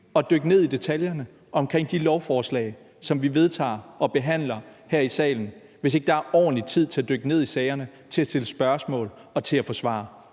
at dykke ned i detaljerne omkring de lovforslag, som vi vedtager og behandler her i salen, hvis der ikke er ordentlig tid til at dykke ned i sagerne, til at stille spørgsmål og til at få svar.